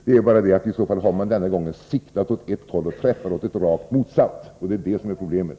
Det är bara det att i så fall har man denna gång siktat åt ett håll och träffat åt det rakt motsatta. Det är det som är problemet.